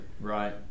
Right